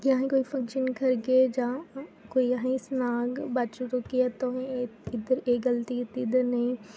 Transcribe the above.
कि अहें कोई फंक्शन करगे जां कोई अहें ई सनाग बाद चू कि तोहें इद्धर एह् गलती कीती इद्धर नेईं